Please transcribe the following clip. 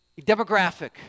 demographic